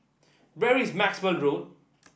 where is Maxwell Road